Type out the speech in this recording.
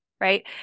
right